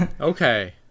okay